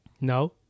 no